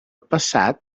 passat